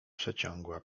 przeciągła